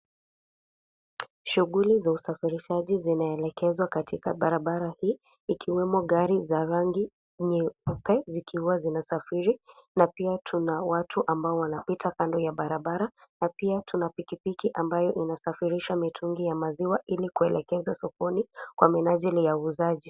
Shughuli za usafirishaji zinaelekezwa katika barabara hii, ikiwemo gari za rangi nyeupe zikiwa zinasafiri na pia tuna watu ambao wanapita kando ya barabara na pia tuna pikipiki ambayo inasafirisha mitungi ya maziwa ili kuelekezwa sokoni kwa minajili ya uuzaji.